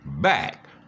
back